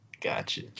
Gotcha